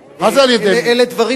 מה זה "על-ידי מי?" הרי אלה דברים,